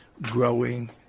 Growing